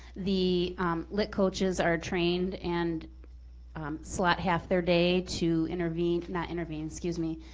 the lit coaches are trained and slot half their day to intervene, not intervene, excuse me,